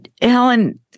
Helen